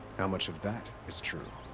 how much of that. is true?